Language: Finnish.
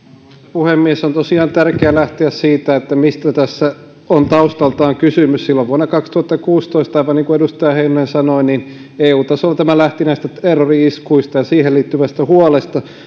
puhemies on tosiaan tärkeää lähteä siitä mistä tässä on taustaltaan kysymys silloin vuonna kaksituhattakuusitoista aivan niin kuin edustaja heinonen sanoi eu tasolla tämä lähti näistä terrori iskuista ja niihin liittyvästä huolesta